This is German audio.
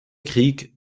krieg